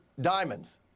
diamonds